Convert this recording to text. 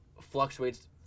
fluctuates